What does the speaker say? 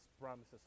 promises